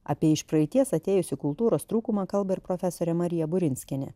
apie iš praeities atėjusį kultūros trūkumą kalba ir profesorė marija burinskienė